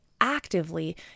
actively